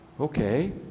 okay